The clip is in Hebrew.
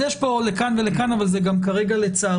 אז יש פה לכאן ולכאן, אבל זה גם כרגע לצערי,